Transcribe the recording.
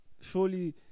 surely